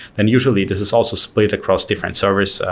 and usually, this is also split across different servers,